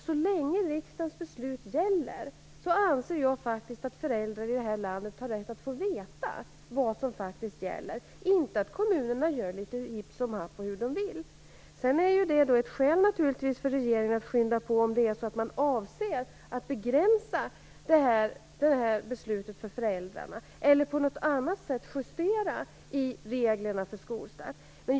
Så länge riksdagens beslut gäller anser jag att föräldrar i detta land har rätt att få veta vad som faktiskt gäller, och att inte kommunerna gör litet hipp som happ och hur de vill. Sedan är detta naturligtvis ett skäl för regeringen att skynda på om det är så att man avser att begränsa föräldrarnas valfrihet eller på något annat sätt justera i reglerna för skolstart.